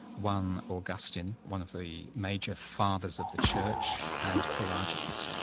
one augustine, one of the major fathers of the church, and pelagius,